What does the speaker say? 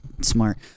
smart